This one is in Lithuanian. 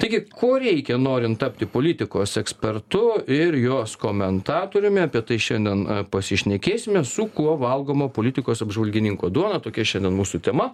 taigi ko reikia norint tapti politikos ekspertu ir jos komentatoriumi apie tai šiandien pasišnekėsime su kuo valgoma politikos apžvalgininko duona tokia šiandien mūsų tema